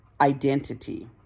identity